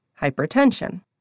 hypertension